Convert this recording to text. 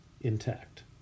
intact